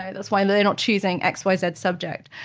ah that's why they're not choosing x, y, z subject.